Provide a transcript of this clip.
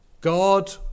God